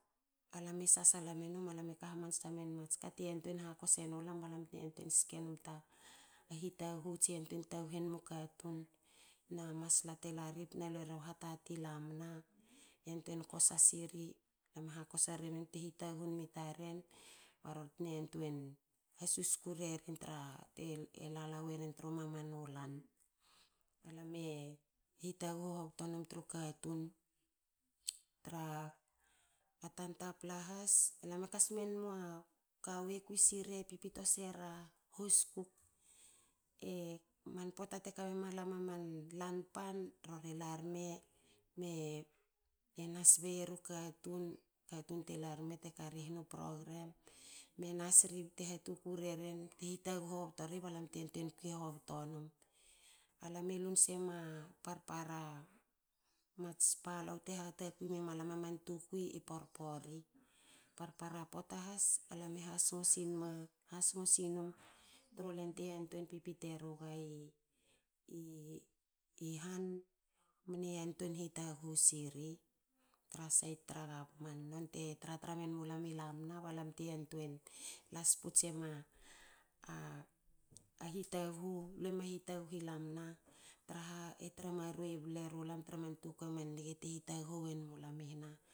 Alam e sasala menum alam e ka hamansa menum ats ka te yantuei hakosa nu lam balam te yantuei ske num ta hitaghu tse yantuei taghu enmu katun na masla te lari bte na lue ri u hatati i lamna yantuei kosa siri. Lam e hakosa remen bte hitaghu mi taren ba ror na yantuei hasuske rerin tra te lala weren tru mamanu lan. Alam e hitaghu hovto num tru katun tra tanta plas has lam e kasmen ma kawu kwi siri pipito sera hoskuk. E man pota te kamemalam lan pan. rori larme te nas bei eru katun. Katun te larme te kari hnu program. me nas ri bte hatuku reren bte hitaghu hovto ri ba lam te yantuei kui hovto num. A lam elun semats parpara mats palou te hatakwi mema lam tukui. i porpori. Parpara pota has lam e has sngo sinum tru lente yantuei pipite nugai. i han mne yantuei hitaghu siri tra sait tra government. Non te tratra men mu lam i lam na bte yantuei las puts ema a a hitaghu, lue ma hitaghu lamna traha e tra maruei ble ru lam tra man tukui man nge te hitaghu wen mu lam.